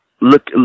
look